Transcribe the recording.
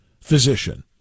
physician